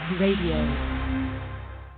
RADIO